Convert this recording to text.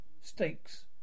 stakes